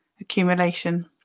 accumulation